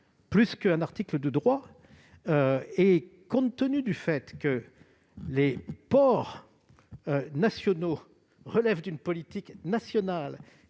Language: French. plus que d'un article de droit. Compte tenu du fait que les ports nationaux relèvent d'une politique nationale,